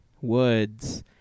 woods